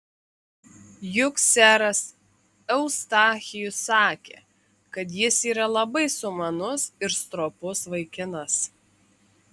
juk seras eustachijus sakė kad jis yra labai sumanus ir stropus vaikinas